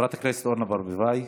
חברת הכנסת אורנה ברביבאי,